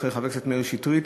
אחרי חבר הכנסת מאיר שטרית,